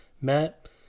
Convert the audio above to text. Matt